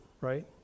right